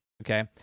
Okay